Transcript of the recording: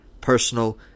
personal